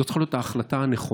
זאת צריכה להיות ההחלטה הנכונה: